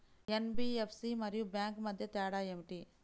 NBFC మరియు bank మధ్య తేడా ఏమిటి?